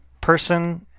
person